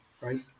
right